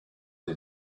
des